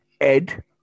Ed